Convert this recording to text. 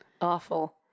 awful